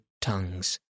tongues